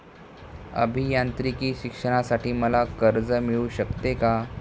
अभियांत्रिकी शिक्षणासाठी मला कर्ज मिळू शकते का?